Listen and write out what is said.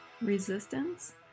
Resistance